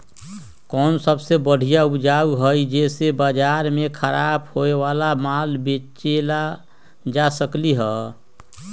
कोन सबसे बढ़िया उपाय हई जे से बाजार में खराब होये वाला माल बेचल जा सकली ह?